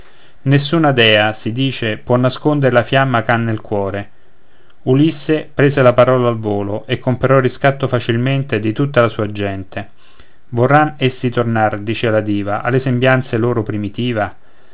nessuna dea si dice può nascondere la fiamma ch'ha nel core ulisse prese la parola al volo e comperò il riscatto facilmente di tutta la sua gente vorran essi tornar dicea la diva alla sembianza loro primitiva